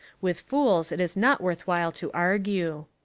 with fools it is not worth while to argue.